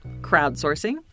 Crowdsourcing